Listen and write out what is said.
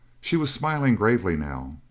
she was smiling gravely now.